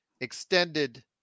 extended